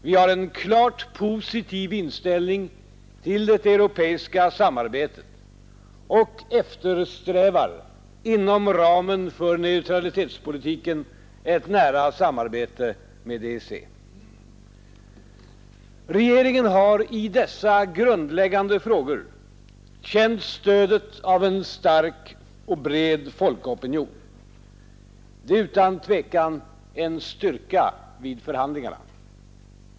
Vi har en klart positiv inställning till det europeiska samarbetet och eftersträvar, inom ramen för neutralitetspolitiken, ett nära samarbete med EEC. Regeringen har i dessa grundläggande frågor känt stödet av en bred folkopinion. Det är utan tvivel en styrka vid förhandlingarna.